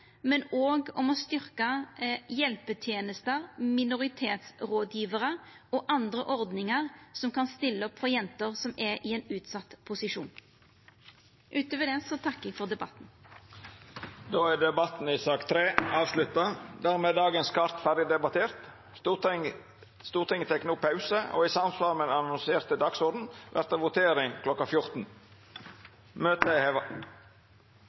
men òg om å styrkja hjelpetenester, minoritetsrådgjevarar og andre ordningar som kan stilla opp for jenter som er i ein utsett posisjon. Utover det takkar eg for debatten. Interpellasjonsdebatten er då avslutta. Dermed er dagens kart behandla ferdig. Stortinget tek no pause, og i samsvar med den annonserte dagsordenen vert det votering kl. 14.